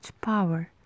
power